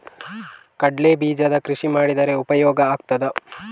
ಕಡ್ಲೆ ಬೀಜದ ಕೃಷಿ ಮಾಡಿದರೆ ಉಪಯೋಗ ಆಗುತ್ತದಾ?